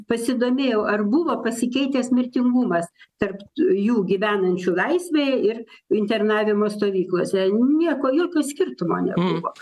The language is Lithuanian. pasidomėjau ar buvo pasikeitęs mirtingumas tarp jų gyvenančių laisvėje ir internavimo stovyklose nieko jokio skirtumo nebuvo